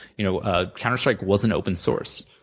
you know ah counter strike wasn't open source.